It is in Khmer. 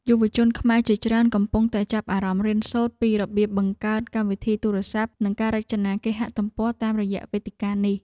យុវជនខ្មែរជាច្រើនកំពុងតែចាប់អារម្មណ៍រៀនសូត្រពីរបៀបបង្កើតកម្មវិធីទូរស័ព្ទ និងការរចនាគេហទំព័រតាមរយៈវេទិកានេះ។